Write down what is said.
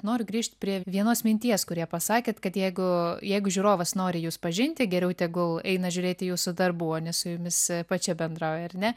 noriu grįžt prie vienos minties kurią pasakėt kad jeigu jeigu žiūrovas nori jus pažinti geriau tegul eina žiūrėti jūsų darbų o ne su jumis pačia bendrauja ar ne